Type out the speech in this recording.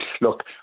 look